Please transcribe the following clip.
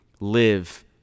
live